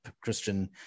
Christian